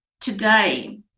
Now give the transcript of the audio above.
today